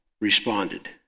responded